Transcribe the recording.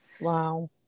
Wow